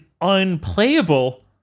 Unplayable